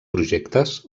projectes